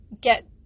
get